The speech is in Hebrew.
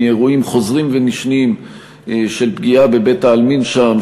מאירועים חוזרים ונשנים של פגיעה בבית-העלמין שם,